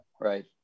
right